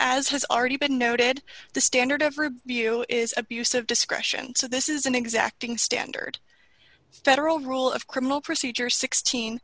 as has already been noted the standard of review is abuse of discretion so this is an exacting standard federal rule of criminal procedure sixteen